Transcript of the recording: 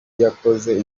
yakoze